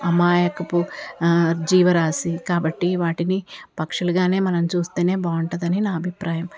అమాయకపు జీవరాశి కాబట్టి వాటిని పక్షులు గానే మనం చూస్తేనే బావుంటదని నా అభిప్రాయం